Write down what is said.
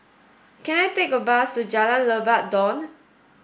can I take a bus to Jalan Lebat Daun